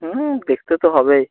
হুম দেখতে তো হবেই